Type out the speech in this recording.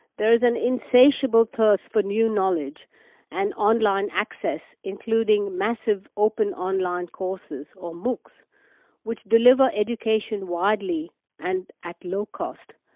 there is an insatiable thirst for new knowledge and online access, including massive open online courses, um which deliver education widely and at low cost.